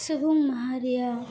सुबुं माहारिया